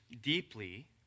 deeply